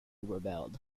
rebelled